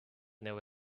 never